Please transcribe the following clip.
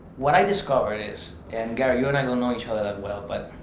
what i discovered is and gary you and i don't know each other that well but